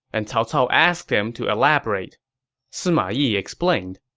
and cao cao asked him to elaborate sima yeah explained,